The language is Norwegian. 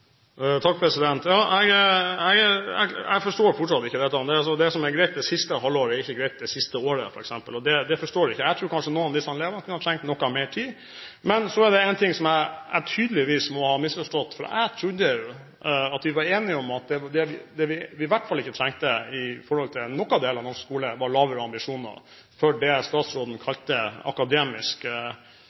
som er greit det siste halvåret, ikke er greit det siste året, forstår jeg ikke. Jeg tror noen av disse elevene kunne ha trengt noe mer tid. Men så er det noe jeg tydeligvis må ha misforstått, for jeg trodde vi var enige om at det vi i hvert fall ikke trengte i noen del av norsk skole, var lavere ambisjoner for det statsråden kalte det teoretiske kunnskapsnivå. Jeg har hele tiden trodd når vi har behandlet dette, at det vi gjorde, var å legge til rette for at vi skulle bruke praksis i skolen for å få elevene til også å lære mer akademisk